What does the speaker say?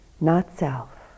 not-self